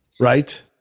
Right